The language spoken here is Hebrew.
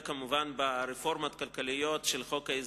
כמובן ברפורמות כלכליות של חוק ההסדרים,